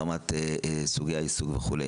ברמת סוגי העיסוק וכו',